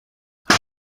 هوا